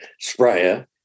sprayer